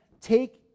take